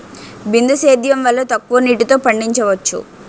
బిందు సేద్యం వల్ల తక్కువ నీటితో పండించవచ్చు